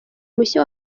mushya